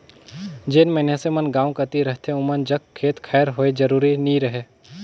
जेन मइनसे मन गाँव कती रहथें ओमन जग खेत खाएर होए जरूरी नी रहें